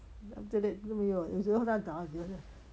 after that 就没有了有时候他找去